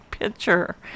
picture